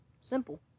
Simple